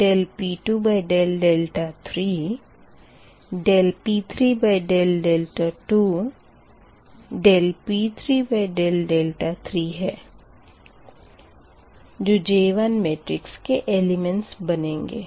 यह dp2d2 dp2d3 dp3d2 dp3d3 है जो J1 मेट्रिक्स के एलिमेंटस बनेंगे